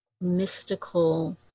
mystical